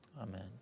amen